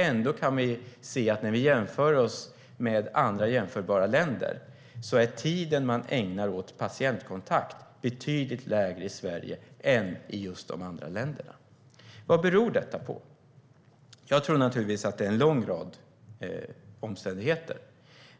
Ändå kan vi se att när vi jämför oss med andra jämförbara länder är tiden som de ägnar åt patientkontakt betydligt lägre i Sverige än i just de andra länderna. Vad beror detta på? Jag tror att det är en lång rad omständigheter.